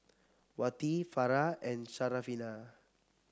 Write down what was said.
Wati Farah and Syarafina